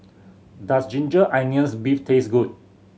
does ginger onions beef taste good